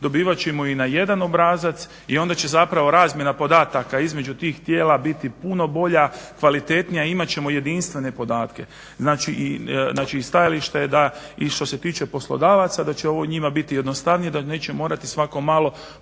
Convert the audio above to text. Dobivat ćemo ih na jedan obrazac i onda će zapravo razmjena podataka između tih tijela biti puno bolja, kvalitetnija, imat ćemo jedinstvene podatke. Znači stajalište je da i što se tiče poslodavaca da će ovo njima biti jednostavnije, da neće morati svako malo